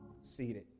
seated